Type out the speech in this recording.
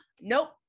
nope